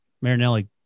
Marinelli